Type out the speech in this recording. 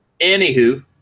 Anywho